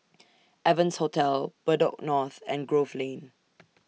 Evans Hotel Bedok North and Grove Lane